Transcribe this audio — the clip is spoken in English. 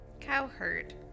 Cowherd